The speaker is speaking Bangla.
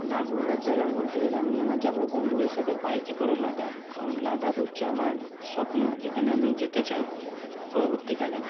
আমার ঘোরার জায়গা বলতে গেলে আমি আমার যাবো বন্ধুদের সাথে বাইকে করে লাদাখ কারণ লাদাখ হচ্ছে আমার স্বপ্ন যেখানে আমি যেতে চাই পরবর্তীকালে